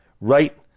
right